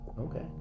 Okay